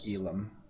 Elam